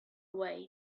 away